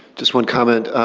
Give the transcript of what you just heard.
just one comment.